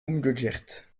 umgekehrt